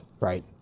right